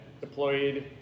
deployed